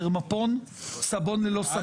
דרמפון, סבון ללא סבון.